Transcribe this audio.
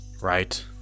right